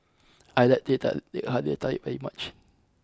I like the Tek Halia Tarik very much